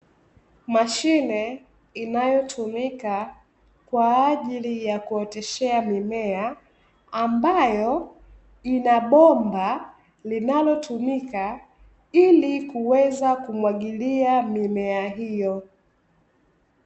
Mahine inayotumika kwa ajili ya kuoteshea mimea, ambayo ina bomba linalotumika ili kuweza kumwagilia mimea hiyo.